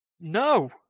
No